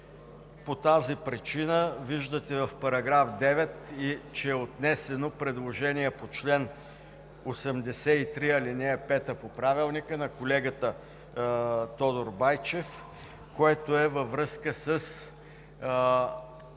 По тази причина виждате в § 9, че е отнесено предложение по чл. 83, ал. 5 от Правилника на колегата Тодор Байчев, което е във връзка с